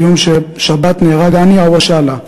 ביום שבת נהרג האני הוואשלה,